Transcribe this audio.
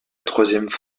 troisième